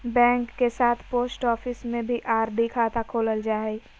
bank के साथ post office में भी आर.डी खाता खोलल जा हइ